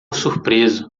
surpreso